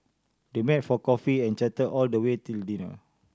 they met for coffee and chatted all the way till dinner